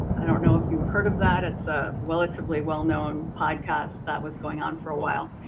i don't know if you've heard of that. it's a relatively well known podcast that was going on for awhile.